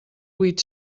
huit